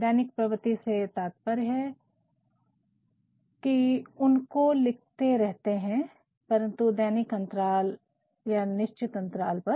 दैनिक प्रवत्ति से तात्पर्य है कि उनको लिखते रहते है परन्तु दैनिक अंतराल या निश्चित अंतराल पर